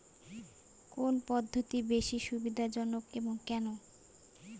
কোন পদ্ধতি বেশি সুবিধাজনক এবং কেন?